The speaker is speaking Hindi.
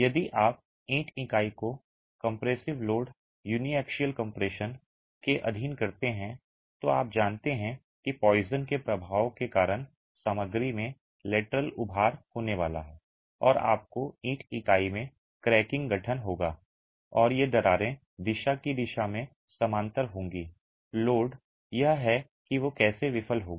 यदि आप ईंट इकाई को कम्प्रेसिव लोड अनएक्सैक्सियल कम्प्रेशन के अधीन करते हैं तो आप जानते हैं कि पोइसन के प्रभाव के कारण सामग्री में लेटरल उभार होने वाला है और आपको ईंट इकाई में क्रैकिंग गठन होगा और ये दरारें दिशा की दिशा में समानांतर होंगी लोड यह है कि वे कैसे विफल होगा